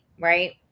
right